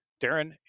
Darren